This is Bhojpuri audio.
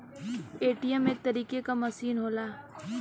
ए.टी.एम एक तरीके क मसीन होला